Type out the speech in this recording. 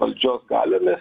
valdžios galiomis